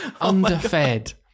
Underfed